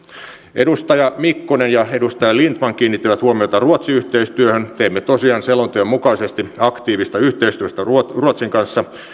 edustaja mikkonen ja edustaja lindtman kiinnittivät huomiota ruotsi yhteistyöhön teemme tosiaan selonteon mukaisesti aktiivista yhteistyötä ruotsin kanssa